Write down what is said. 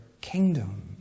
kingdom